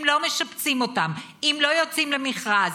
אם לא משפצים אותם, אם לא יוצאים למכרז,